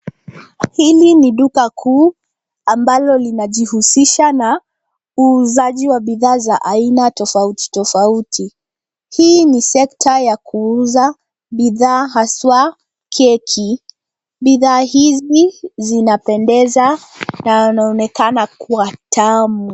Hili ni duka kuu ambalo linajihusisha na uuzaji wa bidhaa za aina tofautitofauti. Hii ni sekta ya kuuza bidhaa haswa keki. Bidhaa hizi zinapendeza na wanaonekana kuwa tamu.